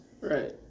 Right